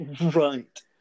right